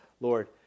Lord